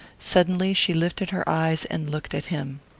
suddenly she lifted her eyes and looked at him.